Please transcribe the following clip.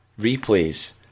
replays